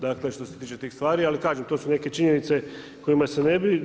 Dakle što se tiče tih stvari, ali kažem to su neke činjenice kojima se ne bi.